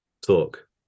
talk